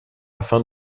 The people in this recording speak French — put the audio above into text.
afin